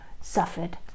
suffered